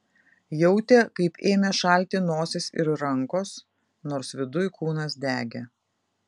jautė kaip ėmė šalti nosis ir rankos nors viduj kūnas degė